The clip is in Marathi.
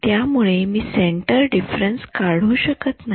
त्यामुळे मी सेन्टर डिफरन्स काढू शकत नाही